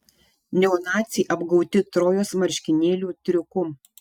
neonaciai apgauti trojos marškinėlių triuku